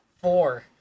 four